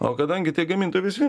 o kadangi tie gamintojai jie visvien